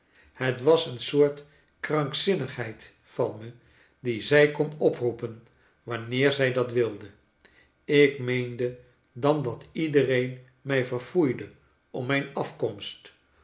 het was een soort krankzinnigheid van me die zij kon oproepen wanneer zij dat wilde ik meende dan dat iedereen mij verfoeide om mijn afkomst